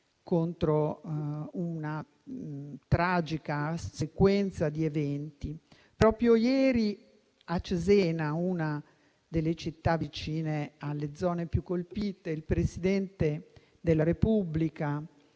contro una tragica sequenza di eventi. Proprio ieri a Cesena, una delle città vicine alle zone più colpite, il presidente della Repubblica